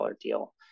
deal